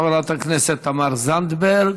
חברת הכנסת תמר זנדברג,